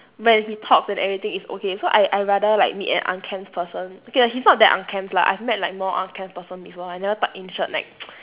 when he talks and everything it's okay so I I rather like meet an unkempt person okay lah he's not that unkempt lah I've met like more unkempt person before like never tuck in shirt like